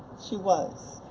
she was.